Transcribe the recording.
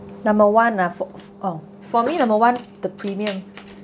number one ah fo~ um for me number one the premium